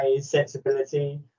sensibility